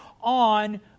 on